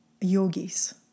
yogis